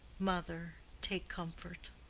mother, take comfort!